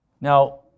Now